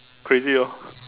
crazy orh